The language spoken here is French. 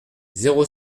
zéro